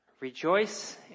rejoice